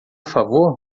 favor